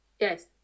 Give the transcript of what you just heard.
Yes